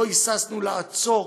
לא היססנו לעצור